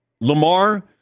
Lamar